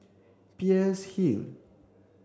Peirce Hill